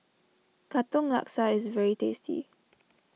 Katong Laksa is very tasty